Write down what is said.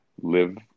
live